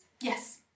Yes